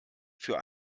für